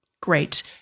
Great